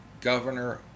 Governor